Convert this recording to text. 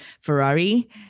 Ferrari